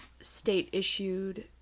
state-issued